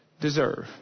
deserve